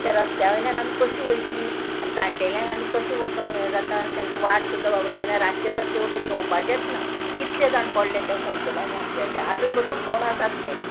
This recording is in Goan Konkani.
त्या रस्त्या वयल्यान आमी कशी वयतली आनी जाण्टेल्यांक आनी कशी वसोंक हें जाता तांकां वाट सुद्दां बाबडेंय ना रातचें तर तेवटेन येवपाचेंच ना कितलें जाण पडलें तें फोणकुलांनी आमचे तें आजून बसून फोण आसात तें